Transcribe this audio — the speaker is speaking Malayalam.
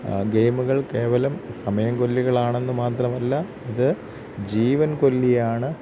ഗെയ്മുകൾ കേവലം സമയംകൊല്ലികളാണെന്ന് മാത്രമല്ല ഇത് ജീവൻ കൊല്ലിയാണ്